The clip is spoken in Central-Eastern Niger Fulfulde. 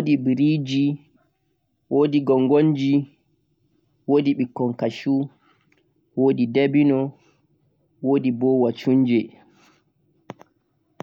sauces nii ɗuɗɗun ha duniyaru wodi je hemɓe Mixican, India, fransa, Asia, America amma je min naftirta haɗo ha Nigeria wodi je Atuppa, kusel, leɗɗi, be je kosam